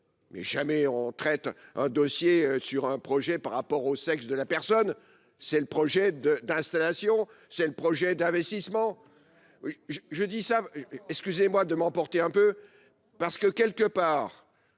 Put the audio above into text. mais jamais on traite un dossier sur un projet par rapport au sexe de la personne, c'est le projet de d'installation, c'est le projet d'investissement. Oui, je dis ça, excusez-moi de m'emporter un peu parce que quelque part